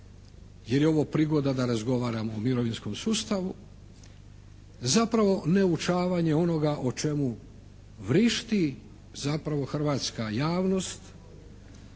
jer je ovo prigoda da razgovaramo o mirovinskom sustavu, zapravo neuočavanje onoga o čemu vrišti zapravo hrvatska javnost,